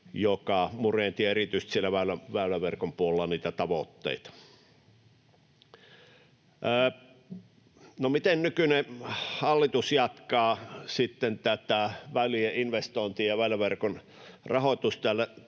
joka murensi erityisesti siellä väyläverkon puolella niitä tavoitteita. No, miten nykyinen hallitus jatkaa väylien investointeja ja väyläverkon rahoitusta?